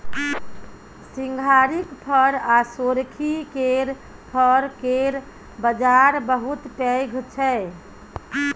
सिंघारिक फर आ सोरखी केर फर केर बजार बहुत पैघ छै